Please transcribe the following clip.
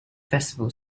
festival